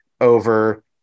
over